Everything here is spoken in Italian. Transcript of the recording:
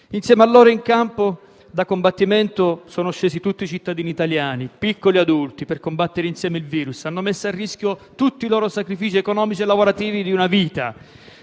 Insieme a loro, sul campo da combattimento sono scesi tutti i cittadini italiani, piccoli e adulti. Per combattere insieme il virus, hanno messo a rischio tutti i sacrifici, economici e lavorativi, di una vita,